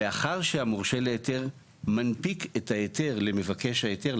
לאחר שהמורשה להיתר מנפיק את ההיתר למבקש ההיתר,